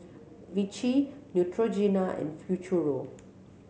Vichy Neutrogena and Futuro